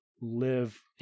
live